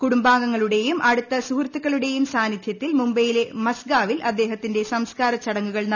കുടുംബാംഗങ്ങളുടെയും അടുത്ത സുഹൃത്തുക്കളുടെയും സാന്നിധൃത്തിൽ മുംബൈയിലെ മസ്ഗാവിൽ അദ്ദേഹത്തിന്റെ സംസ്ക്കാര ചടങ്ങുകൾ നടന്നു